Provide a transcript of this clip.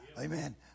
Amen